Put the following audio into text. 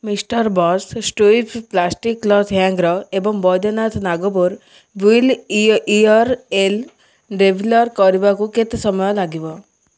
mister bus ଷ୍ଟୁଇପ୍ plastic cloth hanger ଏବଂ Baidyanath Nagpur bill year oil deliver କରିବାକୁ କେତେ ସମୟ ଲାଗିବ